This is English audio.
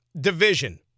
division